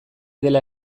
dela